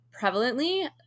prevalently